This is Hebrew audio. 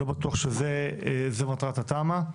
לא בטוח שזו מטרת התמ"א.